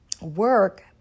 work